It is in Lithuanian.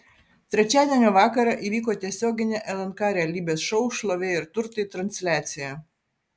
trečiadienio vakarą įvyko tiesioginė lnk realybės šou šlovė ir turtai transliacija